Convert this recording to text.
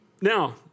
Now